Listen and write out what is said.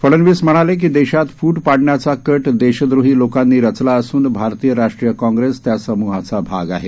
फडणवीस म्हणाले की देशात फूट पाडण्याचा कट देशद्रोही लोकांनी रचला असून भारतीय राष्ट्रीय काँग्रेस त्या समुहाचा भाग आहे